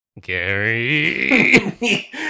Gary